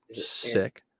Sick